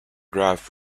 graph